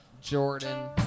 Jordan